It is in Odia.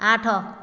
ଆଠ